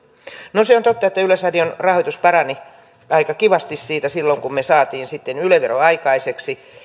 no se on totta että yleisradion rahoitus parani aika kivasti siitä silloin kun me saimme sitten yle veron aikaiseksi